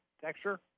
texture